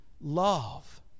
Love